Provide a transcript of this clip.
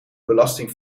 belasting